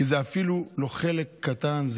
כי זה אפילו לא חלק קטן,